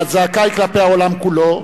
הזעקה היא כלפי העולם כולו.